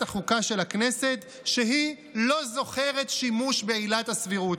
החוקה של הכנסת שהיא לא זוכרת שימוש בעילת הסבירות.